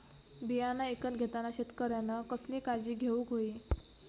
बियाणा ईकत घेताना शेतकऱ्यानं कसली काळजी घेऊक होई?